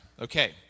Okay